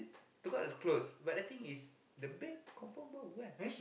take out just throw but the thing is the bed confirm when